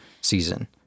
season